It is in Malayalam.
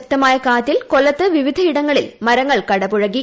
ശക്തമായ കാറ്റിൽ കൊല്ലത്ത് വിവിധയിടങ്ങളിൽ മരങ്ങൾ കടപുഴകി